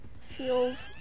feels